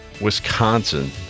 Wisconsin